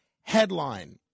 headline